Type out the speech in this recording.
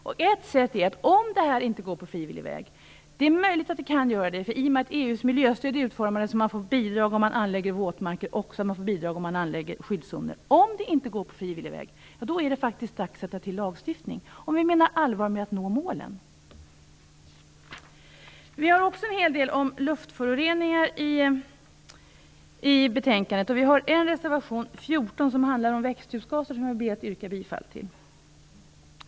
Det är möjligt att det kan gå på frivillig väg i och med att EU:s miljöstöd är utformade så, att man får bidrag om man anlägger våtmarker och om man anlägger skyddszoner. Om det inte går på frivillig väg är det faktiskt dags att ta till lagstiftning om vi menar allvar med att nå målen. Vi har också en hel del om luftföroreningar i betänkandet. Vi har en reservation - nr 14 - som handlar om växthusgaser, som jag ber att få yrka bifall till.